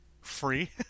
free